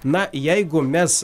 na jeigu mes